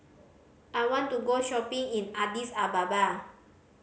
I want to go shopping in Addis Ababa